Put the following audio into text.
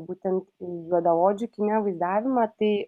būtent juodaodžių kine vaidavimą tai